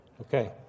Okay